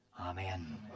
Amen